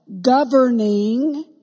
governing